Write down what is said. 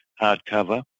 hardcover